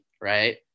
right